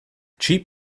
cheap